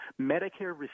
Medicare